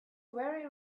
very